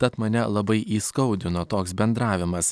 tad mane labai įskaudino toks bendravimas